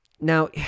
now